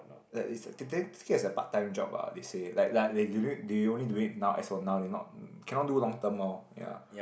that is a part time job ah they say like like they they only do it now as for now they not cannot do long term orh ya